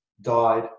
died